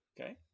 okay